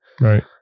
Right